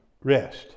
rest